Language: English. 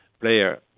player